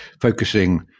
focusing